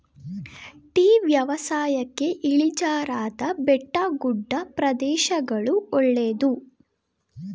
tea ವ್ಯವಸಾಯಕ್ಕೆ ಇಳಿಜಾರಾದ ಬೆಟ್ಟಗುಡ್ಡ ಪ್ರದೇಶಗಳು ಒಳ್ಳೆದು